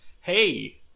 hey